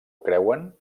creuen